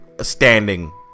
standing